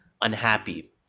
unhappy